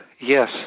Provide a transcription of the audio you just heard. Yes